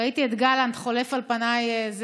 ראיתי את גלנט חולף על פניי.